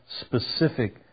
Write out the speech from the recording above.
specific